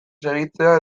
segitzea